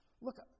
Look